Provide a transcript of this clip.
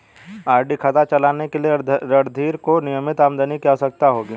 RD खाता चलाने के लिए रणधीर को नियमित आमदनी की आवश्यकता होगी